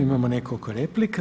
Imamo nekoliko replika.